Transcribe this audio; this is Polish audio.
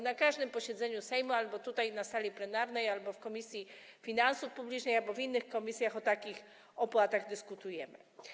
Na każdym posiedzeniu Sejmu - albo na sali plenarnej, albo w Komisji Finansów Publicznych, albo w innych komisjach - o takich opłatach dyskutujemy.